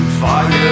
fire